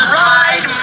ride